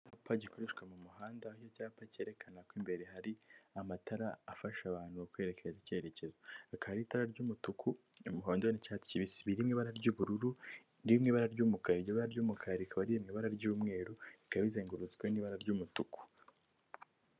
Icyapa gikoreshwa mu muhanda, aho icyapa kerekana ko imbere hari amatara afasha abantu kwerekeza icyerekezo, rihaka ari itara ry'umutuku, umuhondo n'icyatsi kibisi, biri mu ibara ry'ubururu n'ibara ry'umukara. Iryo bara ry'umukara rikaba riri mu ibara ry'umweru rikaba rizengurutswe n'ibara ry'umutuku.